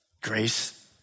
grace